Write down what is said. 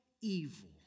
evil